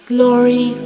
Glory